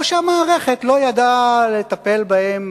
או שהמערכת לא ידעה לטפל בהם